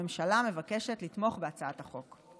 הממשלה מבקשת לתמוך בהצעת החוק.